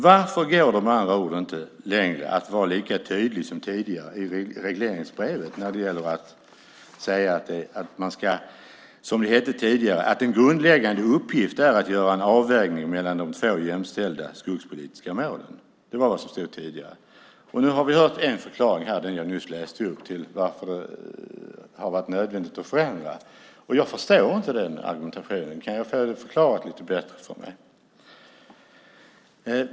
Varför går det med andra ord inte längre att vara lika tydlig som tidigare i regleringsbrevet med att säga att, som det hette tidigare, en grundläggande uppgift är att göra en avvägning mellan de två jämställda skogspolitiska målen? Det var vad som stod i regleringsbrevet tidigare. Nu har vi hört en förklaring - den som jag läste upp - till varför det varit nödvändigt att förändra det. Jag förstår inte den argumentationen. Kan jag få den förklarad lite bättre för mig?